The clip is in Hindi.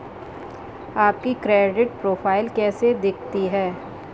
आपकी क्रेडिट प्रोफ़ाइल कैसी दिखती है?